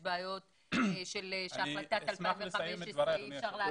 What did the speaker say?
יש בעיות שלפי החלטה מ-2015 אי אפשר לעכב אותם.